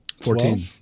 Fourteen